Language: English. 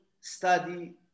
study